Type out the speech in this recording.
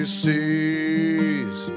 sees